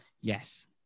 Yes